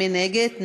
מי נגד?